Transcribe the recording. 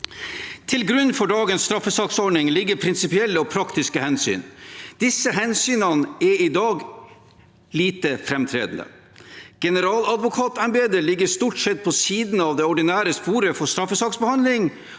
Til grunn for dagens straffesaksordning ligger prinsipielle og praktiske hensyn. Disse hensynene er i dag lite framtredende. Generaladvokatembetet ligger stort sett på siden av det ordinære sporet for straffesaksbehandling